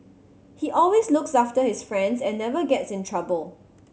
he always looks after his friends and never gets in trouble